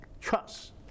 trust